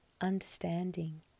understanding